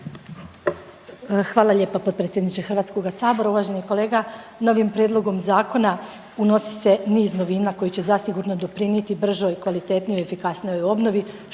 Hvala lijepa potpredsjedniče Hrvatskoga sabora. Uvaženi kolega novim prijedlogom zakona unosi se niz novina koji će zasigurno doprinijeti bržoj, kvalitetnijoj, efikasnijoj obnovi